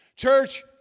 Church